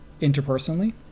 interpersonally